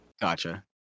Gotcha